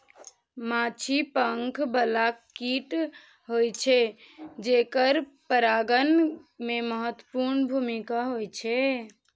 माछी पंख बला कीट होइ छै, जेकर परागण मे महत्वपूर्ण भूमिका होइ छै